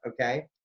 Okay